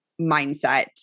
mindset